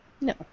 No